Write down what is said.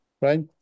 right